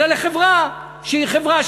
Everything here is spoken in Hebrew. אלא לחברה שהיא חברה,